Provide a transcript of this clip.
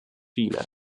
viele